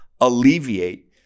alleviate